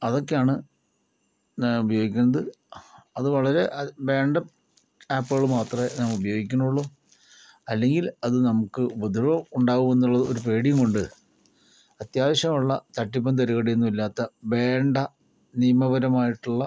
അതൊക്കെയാണ് ഞാൻ ഉപയോഗിക്കുന്നത് അതു വളരെ അത് വേണ്ട ആപ്പുകള് മാത്രമേ ഞാൻ ഉപയോഗിക്കുന്നുള്ളൂ അല്ലെങ്കിൽ അത് നമുക്ക് ഉപദ്രവം ഉണ്ടാകുമോ എന്നുള്ളത് ഒരു പേടിയും ഉണ്ട് അത്യാവശ്യം ഉള്ള തട്ടിപ്പും തരികിടയൊന്നും ഇല്ലാത്ത വേണ്ട നിയമപരമായിട്ടുള്ള